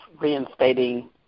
reinstating